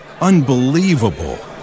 Unbelievable